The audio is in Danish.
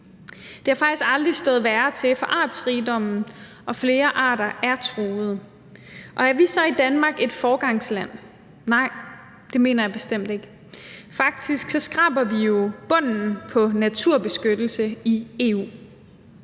Det har faktisk aldrig stået værre til for artsrigdommen, og flere arter er truede. Er vi så i Danmark et foregangsland? Nej, det mener jeg bestemt ikke. Faktisk skraber vi jo bunden i forhold til naturbeskyttelse i EU.